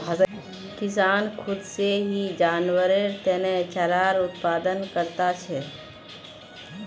किसान खुद से ही जानवरेर तने चारार उत्पादन करता छे